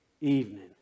evening